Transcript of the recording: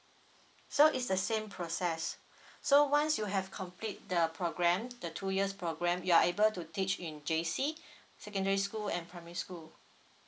so it's the same process so once you have complete the program the two years program you are able to teach in J_C secondary school and primary school